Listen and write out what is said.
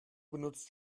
benutzt